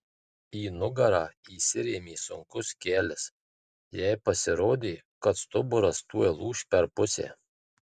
į nugarą įsirėmė sunkus kelis jai pasirodė kad stuburas tuoj lūš per pusę